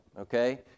okay